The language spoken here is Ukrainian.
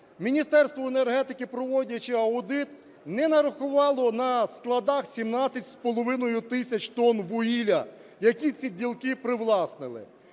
Міністерство енергетики, проводячи аудит, не нарахувало на складах 17 з половиною тисяч тонн вугілля, які ці ділки привласнили.